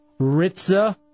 Ritza